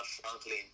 Franklin